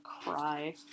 cry